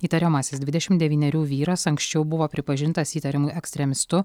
įtariamasis dvidešim devynerių vyras anksčiau buvo pripažintas įtariamu ekstremistu